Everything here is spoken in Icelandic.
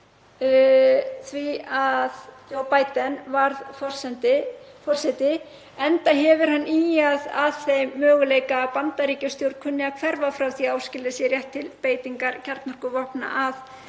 því að Joe Biden varð forseti, enda hefur hann ýjað að þeim möguleika að Bandaríkjastjórn kunni að hverfa frá því að áskilja sér rétt til beitingar kjarnorkuvopna að